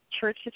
church